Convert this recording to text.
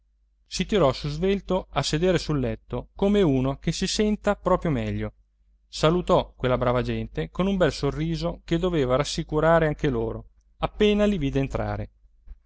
tirò su svelto a sedere sul letto come uno che si senta proprio meglio salutò quella brava gente con un bel sorriso che doveva rassicurare anche loro appena li vide entrare